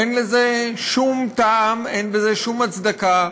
אין לזה שום טעם, אין לזה שום הצדקה.